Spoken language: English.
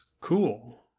cool